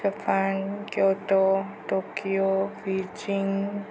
Japan kyoto Tokyo Beijing